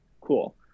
cool